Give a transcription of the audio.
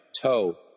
toe